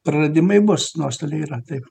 praradimai bus nuostoliai yra taip